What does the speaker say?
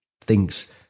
thinks